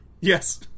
Yes